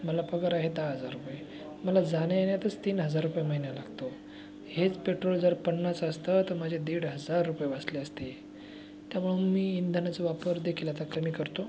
मला पगार आहे दहा हजार रुपये मला जाण्यायेण्यातच तीन हजार रुपये महिना लागतो हेच पेट्रोल जर पन्नास असतं तर माझे दीड हजार रुपये वाचले असते त्यामुळं मी इंधनाचा वापरदेखील आता कमी करतो